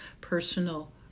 personal